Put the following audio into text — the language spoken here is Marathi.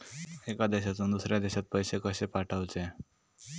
एका देशातून दुसऱ्या देशात पैसे कशे पाठवचे?